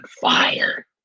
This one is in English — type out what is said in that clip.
fire